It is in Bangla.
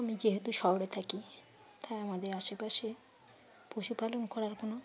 আমি যেহেতু শহরে থাকি তাই আমাদের আশেপাশে পশুপালন করার কোনো